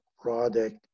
product